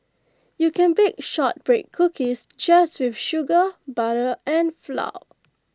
you can bake Shortbread Cookies just with sugar butter and flour